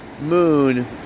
moon